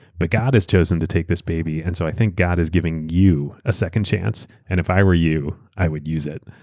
but god has chosen to take this baby, and so i think god is giving giving you a second chance. and if i were you, i would use it.